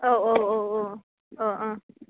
औ औ औ